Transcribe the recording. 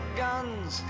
guns